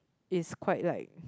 is quite like